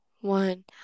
one